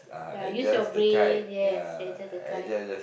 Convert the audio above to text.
ya use your brain yes adjust the kite